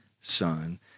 son